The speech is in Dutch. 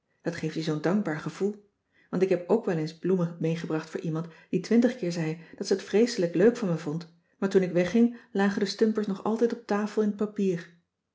dat geeft je zoo'n dankbaar gevoel want ik heb ook wel eens bloemen meegebracht voor iemand die twintig keer zei dat ze het vreeselijk leuk van me vond maar toen ik wegging lagen de stumpers nog altijd op tafel in t papier